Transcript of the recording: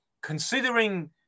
Considering